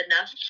enough